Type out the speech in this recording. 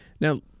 Now